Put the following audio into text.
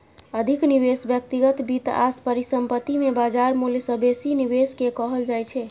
अधिक निवेश व्यक्तिगत वित्त आ परिसंपत्ति मे बाजार मूल्य सं बेसी निवेश कें कहल जाइ छै